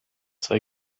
zwei